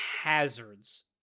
hazards